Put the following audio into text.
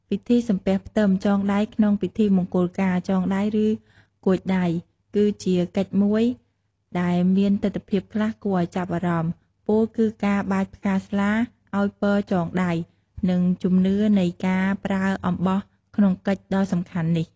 ពិធីសំពះផ្ទឹមចងដៃក្នុងពិធីមង្គលការ “ចងដៃ” ឬ “កួចដៃ” គឺជាកិច្ចមួយដែលមានទិដ្ឋភាពខ្លះគួរឱ្យចាប់អារម្មណ៍ ពោលគឺការបាចផ្កាស្លាឱ្យពរចងដៃ និងជំនឿនៃការប្រើអំបោះក្នុងកិច្ចដ៏សំខាន់នេះ។